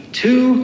two